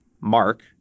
Mark